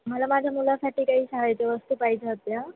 मला माझ्या मुलासाठी काही शाळेच्या वस्तू पाहिजे होत्या